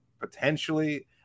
potentially